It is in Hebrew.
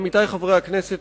עמיתי חברי הכנסת,